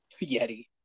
Yeti